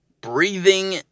Breathing